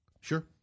Sure